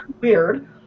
weird